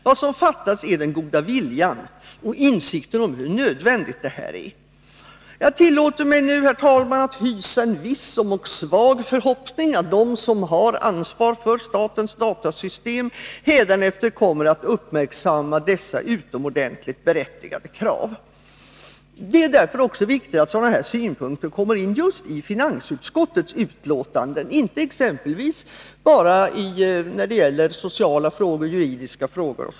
Vad som fattas är den goda viljan och insikten om hur nödvändigt detta är. Herr talman! Jag tillåter mig hysa en viss, om ock svag, förhoppning att de som har ansvar för statens datasystem hädanefter kommer att uppmärksamma dessa utomordentligt berättigade krav. Det är viktigt att sådana här synpunkter kommer in just i finansutskottets utlåtanden, och inte bara när det gäller exempelvis sociala frågor eller juridiska frågor.